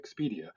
expedia